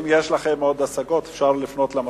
אם יש לכם עוד השגות, אפשר לפנות למזכירות.